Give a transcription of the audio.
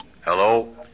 Hello